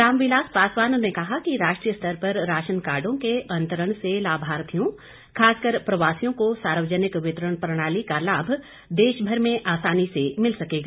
रामविलास पासवान ने कहा कि राष्ट्रीय स्तर पर राशनकार्डो के अंतरण से लाभार्थियों खासकर प्रवासियों को सार्वजनिक वितरण प्रणाली का लाभ देश भर में आसानी से मिल सकेगा